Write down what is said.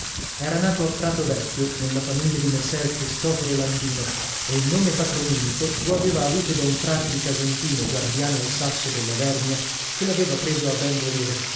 era nato a prato vecchio nella famiglia di messer cristoforo landino e il nome patronimico lo aveva avuto da un frate di casentino guardiano al sasso della vernia che l'aveva preso a ben volere